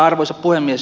arvoisa puhemies